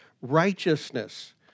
righteousness